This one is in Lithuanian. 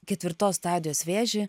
ketvirtos stadijos vėžį